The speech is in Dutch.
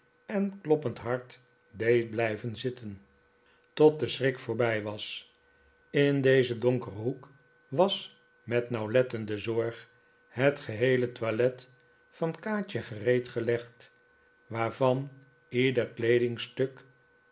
en kloppend hart deed blijven zitten tot de schrik voorbij was in dezen donkeren hoek was met nauwletteride zorg het geheele toilet van kaatje gereed gelegd waarvan ieder kleedingstuk